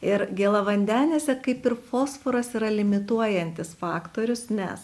ir gėlavandenėse kaip ir fosforas yra limituojantis faktorius nes